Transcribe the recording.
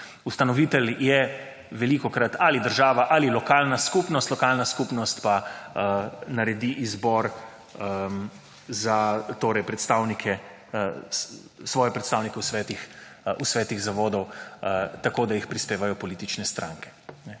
(nadaljevanje) država ali lokalna skupnost, lokalna skupnost pa naredi izbor za svoje predstavnike v svetih zavodov tako, da jih prispevajo politične stranke.